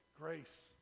grace